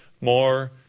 more